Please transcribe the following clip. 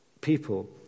people